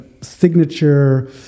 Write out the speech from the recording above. signature